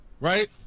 right